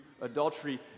adultery